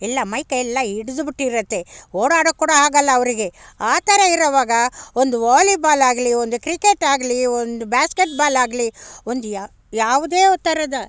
ಎಲ್ಲ ಮೈಕೈಯೆಲ್ಲ ಹಿಡಿದು ಬಿಟ್ಟಿರುತ್ತೆ ಓಡಾಡೋಕ್ಕೆ ಕೂಡ ಆಗೋಲ್ಲ ಅವರಿಗೆ ಆ ಥರ ಇರುವಾಗ ಒಂದು ವಾಲಿಬಾಲಾಗಲಿ ಒಂದು ಕ್ರಿಕೆಟಾಗಲಿ ಒಂದು ಬ್ಯಾಸ್ಕೆಟ್ ಬಾಲಾಗಲಿ ಒಂದು ಯಾವ ಯಾವುದೇ ಥರದ